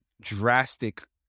drastic